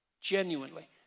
genuinely